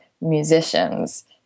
musicians